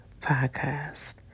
podcast